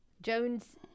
Jones